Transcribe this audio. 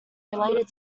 related